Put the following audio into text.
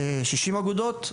כשישים אגודות,